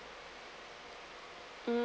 um